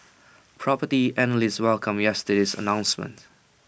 Property Analysts welcomed yesterday's announcement